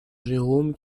jérôme